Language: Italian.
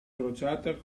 crociata